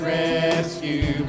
rescue